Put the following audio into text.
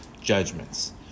judgments